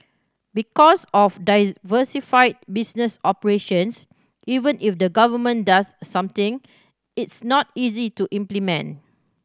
because of diversified business operations even if the Government does something it's not easy to implement